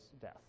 death